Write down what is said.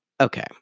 okay